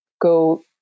go